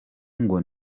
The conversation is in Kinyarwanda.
ngo